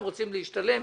הם רוצים להשתלם,